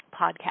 podcast